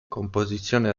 composizione